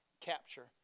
capture